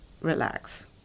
relax